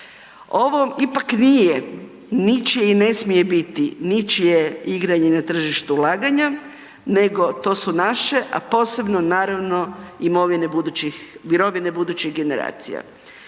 Ovo ipak nije ničije i ne smije biti ničije igranje na tržištu ulaganja, nego to su naše, a posebno naravno imovine budućih, mirovine